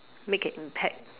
make an impact